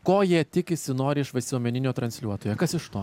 ko jie tikisi nori iš visuomeninio transliuotojo kas iš to